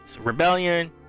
rebellion